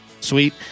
Sweet